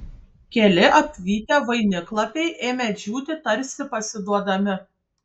keli apvytę vainiklapiai ėmė džiūti tarsi pasiduodami